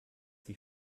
sie